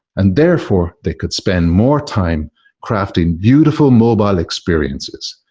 and therefore, they could spend more time crafting beautiful mobile experiences,